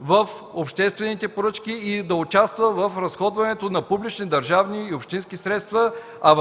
в обществените поръчки или да участва в разходването на публични държавни и общински средства, а